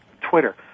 Twitter